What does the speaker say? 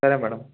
సరే మేడం